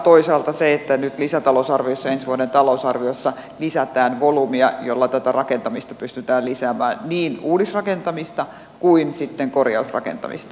toisaalta nyt lisätalousarviossa ja ensi vuoden talousarviossa lisätään volyymiä jolla tätä rakentamista pystytään lisäämään niin uudisrakentamista kuin korjausrakentamista